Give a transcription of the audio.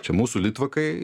čia mūsų litvakai